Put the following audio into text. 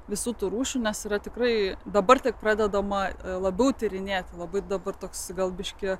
visų tų rūšių nes yra tikrai dabar tik pradedama labiau tyrinėti labai dabar toks gal biškį